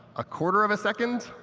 a quarter of a second.